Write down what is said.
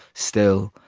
still,